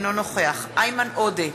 אינו נוכח איימן עודה,